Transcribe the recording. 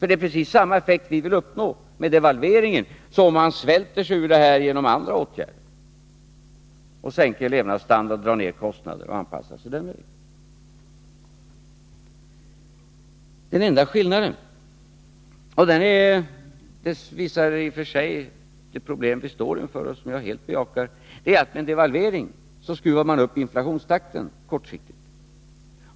Det är precis samma effekt vi vill uppnå med devalveringen som om man svälter sig ur detta genom andra åtgärder — genom att sänka levnadsstandarden, dra ned kostnaderna och anpassa sig på den vägen. Den enda skillnaden — och den visar det problem som vi står inför och vars existens jag helt bejakar — är att man med en devalvering skruvar upp inflationstakten kortsiktigt.